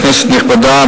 כנסת נכבדה,